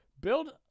build